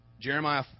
Jeremiah